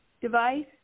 device